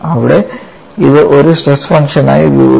അവിടെ ഇത് ഒരു സ്ട്രെസ് ഫംഗ്ഷനായി ഉപയോഗിച്ചു